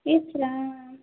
ইচ Ram